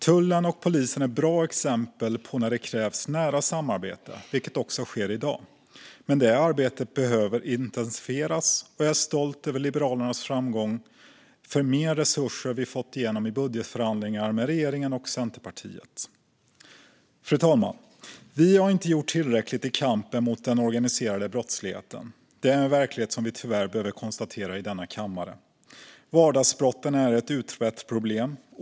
Tullen och polisen är bra exempel på när det krävs nära samarbete - vilket också sker i dag. Men det arbetet behöver intensifieras, och jag är stolt över Liberalernas framgångar med att få igenom mer resurser i budgetförhandlingarna med regeringen och Centerpartiet. Fru talman! Vi har inte gjort tillräckligt i kampen mot den organiserade brottsligheten. Det är en verklighet som vi tyvärr behöver konstatera i denna kammare. Vardagsbrotten är ett utbrett problem.